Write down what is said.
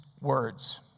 words